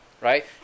right